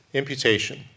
imputation